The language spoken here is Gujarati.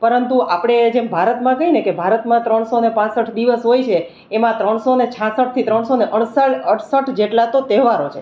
પરંતુ આપણે જેમ ભારતમાં કહીએ ને કે ભારતમાં ત્રણસોને પાંસઠ દિવસ હોય છે એમાં ત્રણસોને છાંસઠથી ત્રણસોને અડસઠ જેટલા તો તહેવારો છે